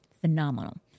Phenomenal